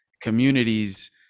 communities